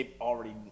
already